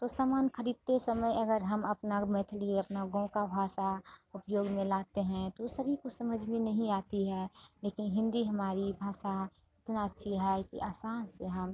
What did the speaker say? तो समान खरीदते समय अगर हम अपना मैथिली अपना गांव का भाषा उपयोग में लाते हैं तो वो सभी को समझ में नहीं आती है लेकिन हिन्दी हमारी भाषा इतना अच्छी है कि आसान से हम